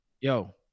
yo